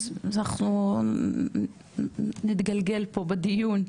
אז אנחנו נתגלגל פה בדיון,